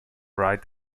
right